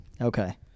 Okay